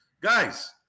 guys